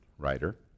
writer